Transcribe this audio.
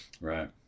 right